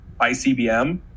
icbm